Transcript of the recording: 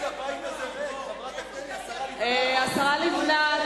התשס”ט 2009. ימסור את ההחלטה יושב-ראש ועדת הפנים והגנת הסביבה,